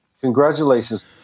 Congratulations